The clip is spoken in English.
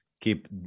keep